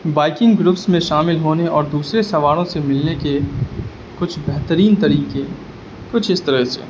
biking groups میں شامل ہونے اور دوسرے سواروں سے ملنے کے کچھ بہترین طریقے کچھ اس طرح سے